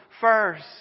first